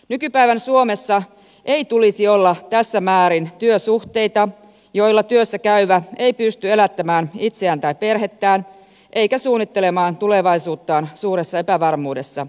nykypäivän suomessa ei tulisi olla tässä määrin työsuhteita joilla työssä käyvä ei pysty elättämään itseään tai perhettään eikä suunnittelemaan tulevaisuuttaan suuressa epävarmuudessa